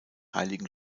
heiligen